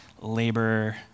labor